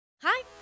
Hi